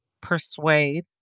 persuade